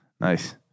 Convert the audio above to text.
nice